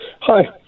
Hi